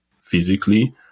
physically